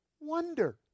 wonder